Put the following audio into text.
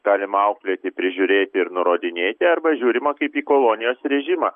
galima auklėti prižiūrėti ir nurodinėti arba žiūrima kaip į kolonijos režimą